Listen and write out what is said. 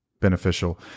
beneficial